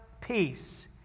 peace